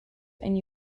and